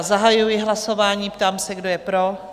Zahajuji hlasování a ptám se, kdo je pro?